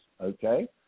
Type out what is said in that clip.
okay